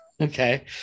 okay